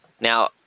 Now